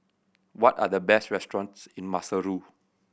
what are the best restaurants in Maseru